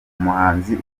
umuhanzi